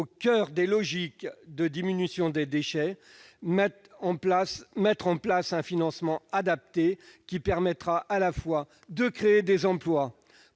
au coeur des logiques de diminution des déchets, il importe de mettre en place un financement adapté qui permettra de créer des emplois,